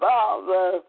Father